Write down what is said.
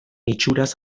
itxuraz